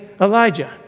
Elijah